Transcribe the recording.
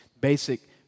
basic